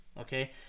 Okay